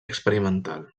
experimental